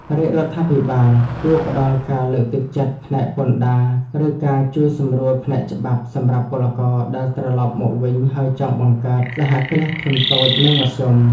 រាជរដ្ឋាភិបាលគួរផ្ដល់ការលើកទឹកចិត្តផ្នែកពន្ធដារ ឬការជួយសម្រួលផ្នែកច្បាប់ សម្រាប់ពលករដែលត្រឡប់មកវិញហើយចង់បង្កើត សហគ្រាសធុនតូច និងមធ្យម ។